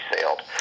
sailed